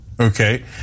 Okay